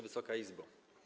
Wysoka Izbo!